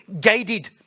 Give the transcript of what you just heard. guided